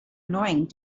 annoying